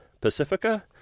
Pacifica